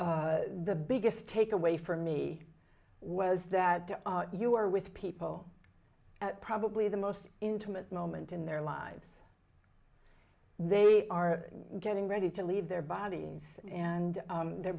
the biggest take away for me was that you are with people probably the most intimate moment in their lives they are getting ready to leave their bodies and their